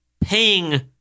paying